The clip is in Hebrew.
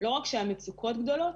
לא רק שהמצוקות גדולות,